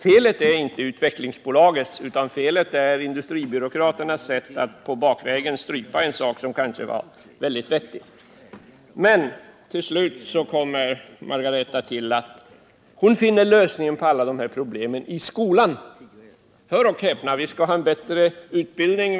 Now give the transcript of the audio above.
Felet är inte utvecklingsbolagets, utan felet är industribyråkraterna och deras sätt att bakvägen strypa en sak som kanske var vettig. Till slut kommer Margaretha af Ugglas fram till att hon har funnit att lösningen på alla problem ligger i skolan. Hör och häpna: vi skall ha en bättre utbildning.